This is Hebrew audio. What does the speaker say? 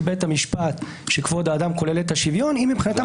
בית המשפט שכבוד האדם כולל את השוויון היא מבחינתם